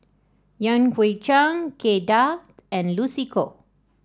Yan Hui Chang Kay Das and Lucy Koh